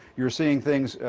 you're seeing things,